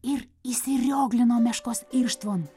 ir įsirioglino meškos irštvon